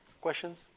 Questions